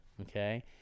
okay